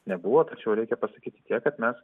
nebuvo tačiau reikia pasakyti tiek kad mes